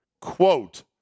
quote